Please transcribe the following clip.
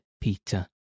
Peter